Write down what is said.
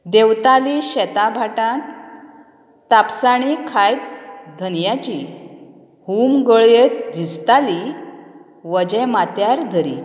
देवताली शेता भाटान तापसाणे खायत धनयाची हूम गळयत झिजली वजें माथ्यार धरी